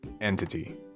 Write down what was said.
entity